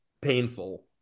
Painful